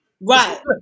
Right